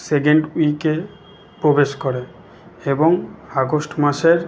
second উইকে প্রবেশ করে এবং আগস্ট মাসের